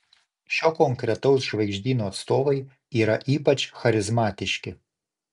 šio konkretaus žvaigždyno atstovai yra ypač charizmatiški